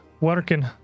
Working